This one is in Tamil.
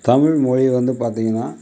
தமிழ்மொழி வந்து பார்த்தீங்கன்னா